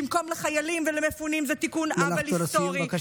בימים האלה נדמה שבני אברהם צריכים לבחור עם איזה צד